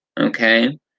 Okay